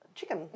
chicken